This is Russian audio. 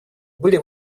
были